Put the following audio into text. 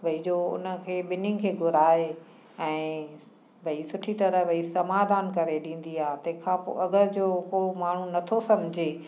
भई जो उन खे ॿिन्हिनि खे घुराए ऐं भई सुठी तरह भई समाधान करे ॾींदी आहे तंहिंखां पोइ अगरि जो पोइ माण्हू नथो सम्झे